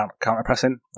counter-pressing